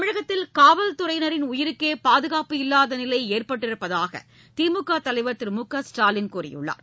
தமிழகத்தில் காவல்துறையினரின் உயிருக்கே பாதுகாப்பு இல்லாத நிலை ஏற்பட்டிருப்பதாக திமுக தலைவர் திரு மு க ஸ்டாலின் கூறியுள்ளார்